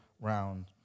round